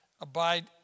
Abide